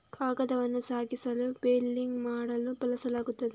ಕಾಗದವನ್ನು ಸಾಗಿಸಲು ಬೇಲಿಂಗ್ ಮಾಡಲು ಬಳಸಲಾಗುತ್ತದೆ